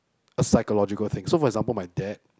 a psychological thing so for example my dad